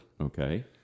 Okay